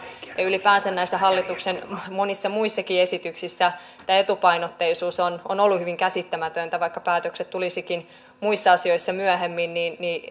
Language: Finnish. ylipäänsä näissä hallituksen monissa muissakin esityksissä tämä etupainotteisuus on on ollut hyvin käsittämätöntä vaikka päätökset tulisivatkin muissa asioissa myöhemmin niin niin